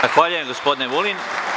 Zahvaljujem gospodine Vulin.